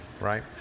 right